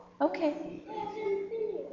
Okay